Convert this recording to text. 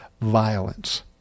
violence